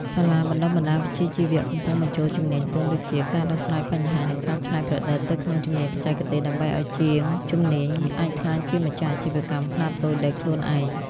សាលាបណ្ដុះបណ្ដាលវិជ្ជាជីវៈ កំពុងបញ្ចូលជំនាញទន់ដូចជា ការដោះស្រាយបញ្ហា និងការច្នៃប្រឌិត ទៅក្នុងជំនាញបច្ចេកទេស ដើម្បីឱ្យជាងជំនាញអាចក្លាយជាម្ចាស់អាជីវកម្មខ្នាតតូចដោយខ្លួនឯង។